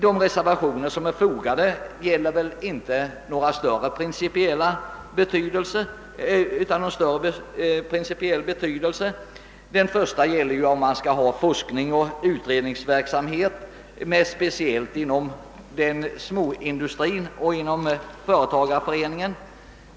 De reservationer som är fogade till utskottsutlåtandet har väl inte någon större principiell betydelse. Den första reservationen gäller om man skall ha forskning och utredningsverksamhet speciellt inom småindustrin och inom företagareföreningarna.